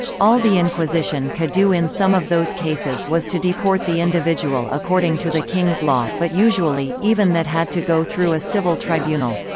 all the inquisition could do in some of those cases was to deport the individual according to the king's law, but usually, even that had to go through a civil tribunal.